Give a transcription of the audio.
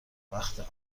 وقت